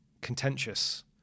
contentious